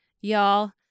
y'all